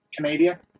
Canada